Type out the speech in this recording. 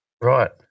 Right